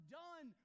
done